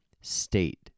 state